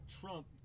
Trump